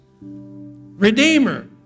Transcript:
Redeemer